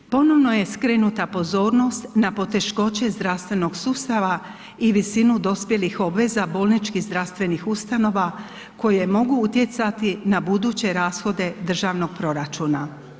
Ponovno je skrenuta pozornost na poteškoće zdravstvenog sustava i visinu dospjelih obveza bolničkih zdravstvenih ustanova koje mogu utjecati na buduće rashode Državnog proračuna.